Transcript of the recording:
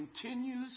continues